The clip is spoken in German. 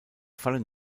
fallen